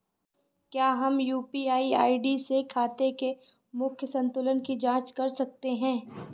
क्या हम UPI ID से खाते के मूख्य संतुलन की जाँच कर सकते हैं?